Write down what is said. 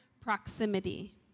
proximity